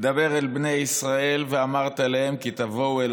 דבר אל בני ישראל ואמרת אלֵהם כי תבֹאו אל